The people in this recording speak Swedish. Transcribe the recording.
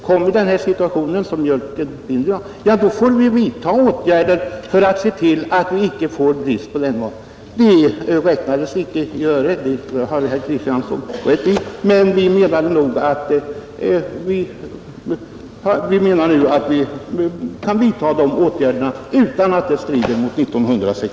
Kommer den situationen att uppstå i fråga om mjölken får vi alltså se till att det icke blir brist på den varan,